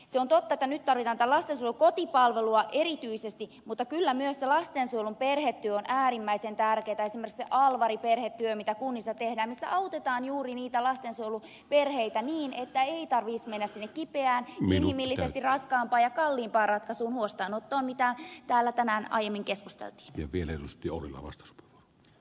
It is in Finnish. se on totta että nyt tarvitaan tätä kotipalvelua erityisesti mutta kyllä myös lastensuojelun perhetyö on äärimmäisen tärkeätä esimerkiksi se alvari perhetyö jota kunnissa tehdään missä autetaan juuri lastensuojeluperheitä niin että ei tarvitsisi mennä sinne kipeään inhimillisesti raskaampaan ja kalliimpaan ratkaisuun huostaanottoon josta täällä tänään aiemmin keskusteltiin